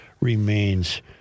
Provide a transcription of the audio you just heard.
remains